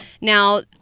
Now